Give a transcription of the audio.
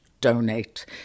donate